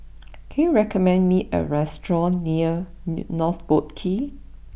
can you recommend me a restaurant near North Boat Quay